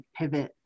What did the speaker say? pivot